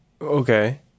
Okay